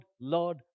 Lord